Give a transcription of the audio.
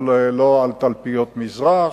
אבל לא על תלפיות-מזרח,